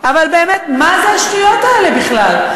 אבל באמת, מה זה השטויות האלה בכלל?